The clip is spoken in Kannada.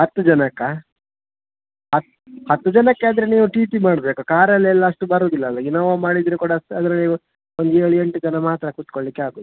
ಹತ್ತು ಜನಕ್ಕ ಹತ್ತು ಹತ್ತು ಜನಕ್ಕಾದರೆ ನೀವು ಟಿ ಟಿ ಮಾಡಬೇಕು ಕಾರಲ್ಲೆಲ್ಲ ಅಷ್ಟು ಬರೋದಿಲ್ಲ ಅಲ್ವ ಇನೋವ ಮಾಡಿದ್ರು ಕೂಡ ಅದರಲ್ಲಿ ಒಂದು ಏಳು ಎಂಟು ಜನ ಮಾತ್ರ ಕುತ್ಕೊಳ್ಳಲಿಕ್ಕೆ ಆಗೋದು